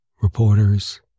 reporters